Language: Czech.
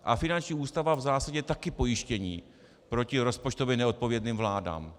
A finanční ústava v zásadě je taky pojištění proti rozpočtově neodpovědným vládám.